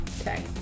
Okay